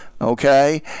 okay